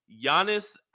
Giannis